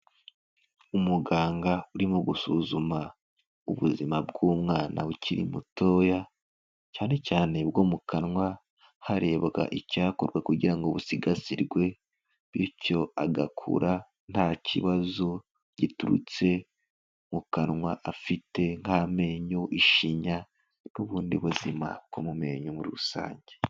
Umuganga urimo gusuzuma ubuzima bw'umwana ukiri mutoya, cyanecyane ubwo mu kanwa, harebabwaga icyakorwa kugira ngo busigasirwe, bityo agakura nta kibazo giturutse mu kanwa afite, nk'amenyo, ishinya, n'ubundi buzima bwo mu menyo muri rusange.